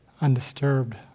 undisturbed